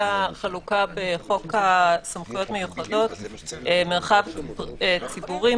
החלוקה בחוק סמכויות מיוחדות - במרחב הציבורי,